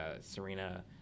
Serena